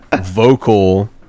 vocal